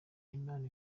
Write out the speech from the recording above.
imana